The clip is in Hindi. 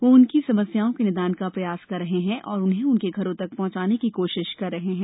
वह उनकी समस्याओं के निदान का प्रयास कर रहे हैं और उन्हें उनके घरों तक पहुंचाने की कोशिश कर रहे हैं